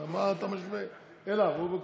מה אתה משווה אליו?